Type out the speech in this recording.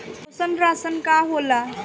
पोषण राशन का होला?